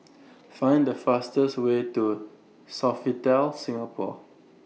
Find The fastest Way to Sofitel Singapore